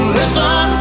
listen